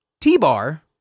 T-Bar